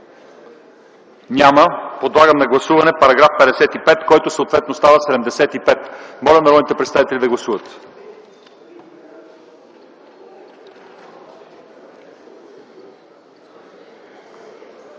Няма. Подлагам на гласуване § 55, който съответно става § 75. Моля, народните представители да гласуват.